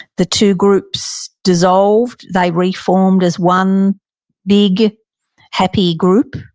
the two groups dissolved. they reformed as one big happy group.